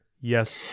yes